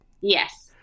Yes